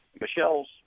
Michelle's